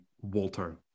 Walter